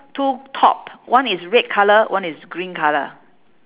two top one is red colour one is green colour